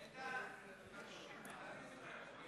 תודה רבה לך, אדוני